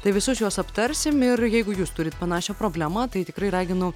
tai visus juos aptarsim ir jeigu jūs turite panašią problemą tai tikrai raginu